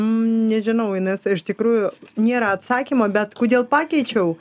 nežinau inesa iš tikrųjų nėra atsakymo bet kodėl pakeičiau